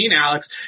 Alex